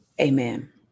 amen